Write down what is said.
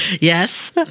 Yes